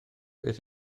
beth